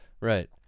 Right